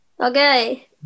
Okay